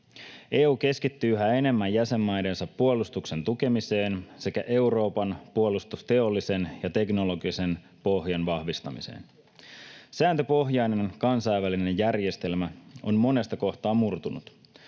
EU keskittyy yhä enemmän jäsenmaidensa puolustuksen tukemiseen sekä Euroopan puolustusteollisen ja -teknologisen pohjan vahvistamiseen. Sääntöpohjainen kansainvälinen järjestelmä on monesta kohtaa murtunut.